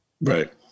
Right